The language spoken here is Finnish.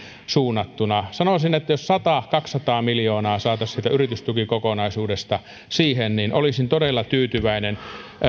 suunnattuna sanoisin että jos sata viiva kaksisataa miljoonaa saataisiin siitä yritystukikokonaisuudesta siihen niin olisin todella tyytyväinen